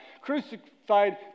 Crucified